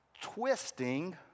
twisting